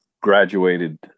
graduated